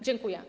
Dziękuję.